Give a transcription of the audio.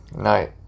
night